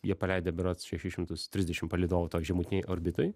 jie paleidę berods šešis šimtus trisdešimt palydovų toj žemutinėj orbitoj